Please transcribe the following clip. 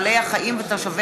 בעקבות דיון